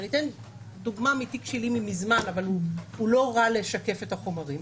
אני אתן גומה לתיק ישן אבל הוא לא רע לשקף את החומרים.